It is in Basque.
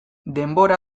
denbora